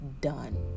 done